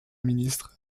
ministre